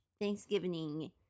Thanksgiving